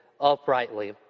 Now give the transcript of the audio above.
uprightly